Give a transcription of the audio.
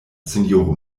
sinjoro